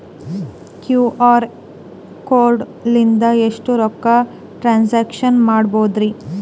QR code ಲಿಂದ ಎಷ್ಟ ರೊಕ್ಕ ಟ್ರಾನ್ಸ್ಯಾಕ್ಷನ ಮಾಡ್ಬೋದ್ರಿ?